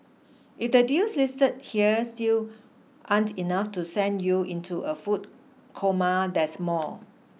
if the deals listed here still aren't enough to send you into a food coma there's more